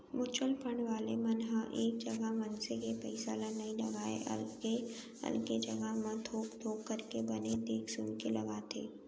mutual fund वाले मन ह एक जगा मनसे के पइसा ल नइ लगाय अलगे अलगे जघा मन म थोक थोक करके बने देख सुनके लगाथे